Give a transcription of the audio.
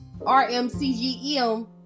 RMCGM